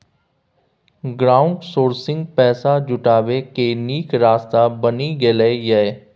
crowdsourcing पैसा जुटबै केर नीक रास्ता बनि गेलै यै